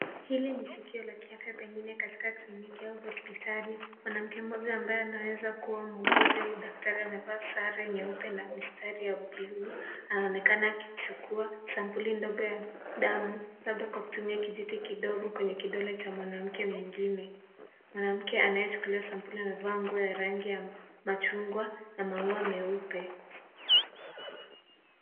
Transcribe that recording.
Hili ni tukio la kiafya pengine katika kliniki hosiptalini mwanamke mmoja ambaye anawezakuwa muuguzi au daktari amevas sare nyeupe na mistari ya blue anaonekana akichukua sampuli ndogo ya damu akitumia kijiti kidogo kwenye mkono wa mwanamke mwingine. Mwanamke anayechukuliwa sampuli amevaz nguo ya rangi ya machungwa na maua meupe .